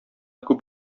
күп